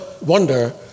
wonder